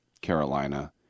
Carolina